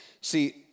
See